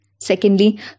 Secondly